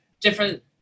different